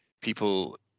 people